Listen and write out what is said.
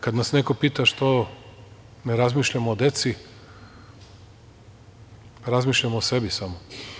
Kad nas neko pita što ne razmišljamo o deci, razmišljamo o sebi samo.